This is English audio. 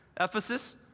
Ephesus